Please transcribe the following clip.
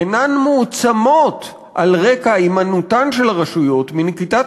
אינן מועצמות על רקע הימנעותן של הרשויות מנקיטת